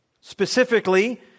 Specifically